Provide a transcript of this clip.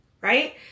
right